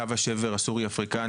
לקו השבר הסורי-אפריקני,